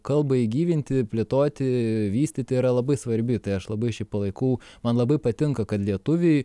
kalbai gyvinti plėtoti vystyti yra labai svarbi tai aš labai šiaip palaikau man labai patinka kad lietuviai